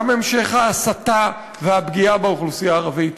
גם המשך ההסתה והפגיעה באוכלוסייה הערבית.